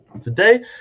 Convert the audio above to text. today